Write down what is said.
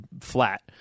flat